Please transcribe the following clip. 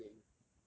!wah! steady eh you